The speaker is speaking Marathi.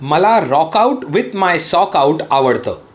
मला rock out with my sock out आवडतं